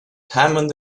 hammond